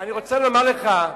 אני רוצה לומר לך,